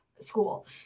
school